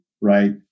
right